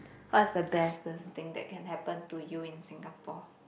what's the best first thing that can happen to you in Singapore